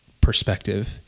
perspective